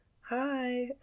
Hi